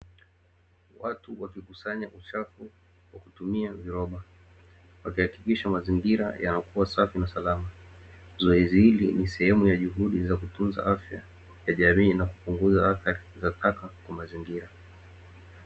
Watu wakikusanya uchafu kwa kutumia viroba. Wakihakikisha mazingira yanakua safi na salama. Zoezi hili ni sehemu ya juhudi za kutunza afya ya jamii, na kupunguza athari za taka kwa mazingira.